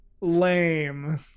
Lame